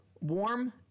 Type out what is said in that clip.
warm